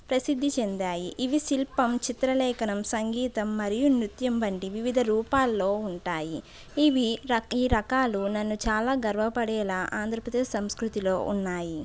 ప్రసిద్ధి చెందాయి ఇవి శిల్పం చిత్రలేఖనం సంగీతం మరియు నృత్యం వంటివి వివిధ రూపాల్లో ఉంటాయి ఇవి ఈ రకాలు నన్ను చాలా గర్వపడేలా ఆంధ్రప్రదేశ్ సంస్కృతిలో ఉన్నాయి